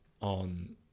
on